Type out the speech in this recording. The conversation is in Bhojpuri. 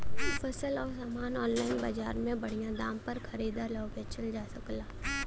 फसल अउर सामान आनलाइन बजार में बढ़िया दाम पर खरीद अउर बेचल जा सकेला